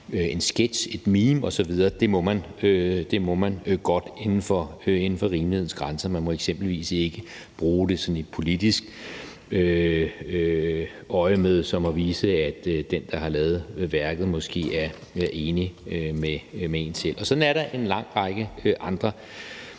en sketch, et meme osv., må man godt det inden for rimelighedens grænser. Man må eksempelvis ikke bruge det sådan i et politisk øjemed som at vise, at den, der har lavet værket, måske er enig med en selv. Og sådan er der en lang række andre